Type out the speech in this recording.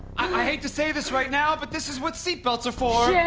um i hate to say this right now, but this is what seatbelts are for yeah